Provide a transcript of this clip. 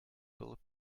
bullet